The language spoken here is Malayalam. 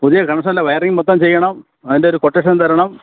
പുതിയ കണക്ഷൻ്റെ വയറിങ് മൊത്തം ചെയ്യണം അതിൻ്റെ ഒരു കൊട്ടേഷൻ തരണം